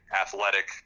athletic